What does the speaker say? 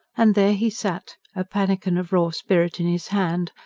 and there he sat, a pannikin of raw spirit in his hand,